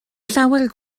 llawer